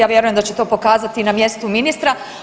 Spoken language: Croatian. Ja vjerujem da će to pokazati i na mjestu ministra.